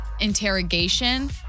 interrogation